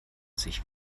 sich